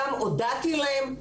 גם הודעתי להם.